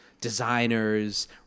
designers